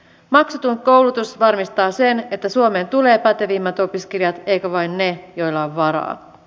maksuton koulutus varmistaa sen että suomeen tulee pätevimmät opiskelijat eikä vain ne joilla on varaa